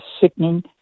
sickening